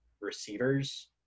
receivers